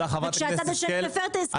וכשאתה מפר את ההסכמים,